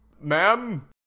ma'am